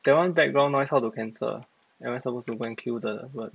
that one background noise how to cancel am I supposed to go and kill the bird